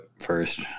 first